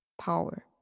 power